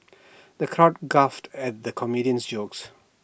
the crowd guffawed at the comedian's jokes